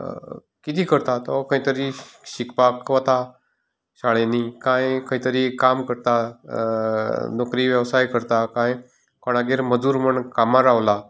कितें करता तो खंयतरी शिकपाक वता शाळेंनी काय खंयतरी काम करता नोकरी वेवसाय करता काय कोणागेर मजूर म्हूण कामा रावला